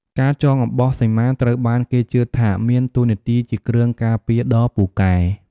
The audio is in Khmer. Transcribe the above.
ការចងអំបោះសីមាត្រូវបានគេជឿថាមានតួនាទីជាគ្រឿងការពារដ៏ពូកែ។